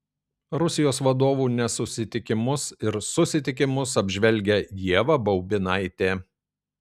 rusijos vadovų nesusitikimus ir susitikimus apžvelgia ieva baubinaitė